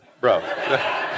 bro